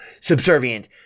subservient